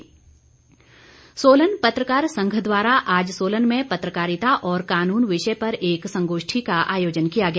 संगोष्ठी सोलन पत्रकार संघ द्वारा आज सोलन में पत्रकारिता और कानून विषय पर एक संगोष्ठी का आयोजन किया गया